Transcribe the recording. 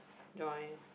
join